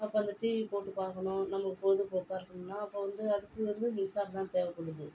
அப்போது அந்த டிவி போட்டு பார்க்கணும் நம்மளுக்கு பொழுதுபோக்காக இருக்கணும்னா அப்புறம் வந்து அதுக்கு வந்து மின்சாரம் தான் தேவைப்படுது